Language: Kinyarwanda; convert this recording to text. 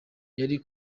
yari